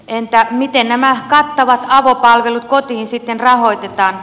entä miten nämä kattavat avopalvelut kotiin sitten rahoitetaan